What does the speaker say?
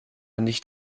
nicht